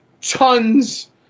tons